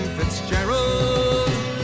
Fitzgerald